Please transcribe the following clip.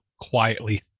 quietly